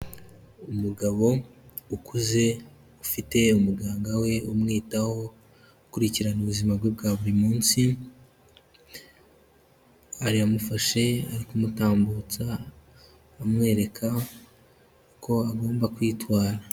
Umugabo ukuze ufite umuganga we umwitaho, ukurikirana ubuzima bwe bwa buri munsi, aramufashe ari kumutambutsa amwereka uko agomba kwitwara.